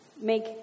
make